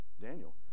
Daniel